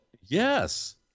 Yes